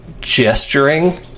gesturing